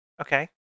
Okay